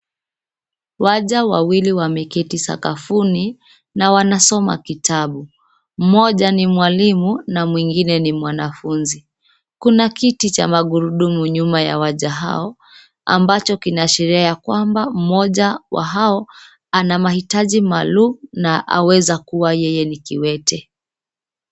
Waja wawili wameketi sakafuni na wanasoma kitabu. Mmoja ni mwalimu na mwingine ni mwanafunzi. Kuna kiti cha magurudumu nyuma ya waja ambacho kinaashiria a kwamba mmoja wa hao ana maitaji maalum na anaweza kuwa yeye ni kiwete.